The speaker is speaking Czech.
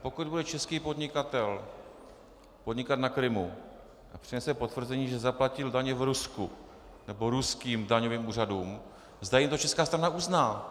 Pokud bude český podnikatel podnikat na Krymu a přinese potvrzení, že zaplatil daně v Rusku, nebo ruským daňovým úřadům, zda jim to česká strana uzná.